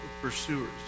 pursuers